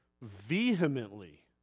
vehemently